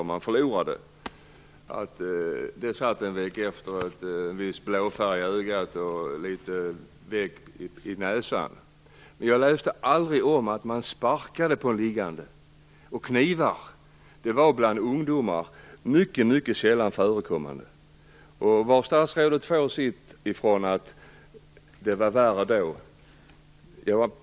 Visst kunde det sitta en viss blåfärg kring ögat och några veck i näsan en vecka efteråt. Men jag läste aldrig om att man sparkade på en liggande. Knivar var mycket sällan förekommande bland ungdomar. Jag vet inte varifrån statsrådet tar påståendet att det var värre då.